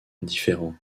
indifférent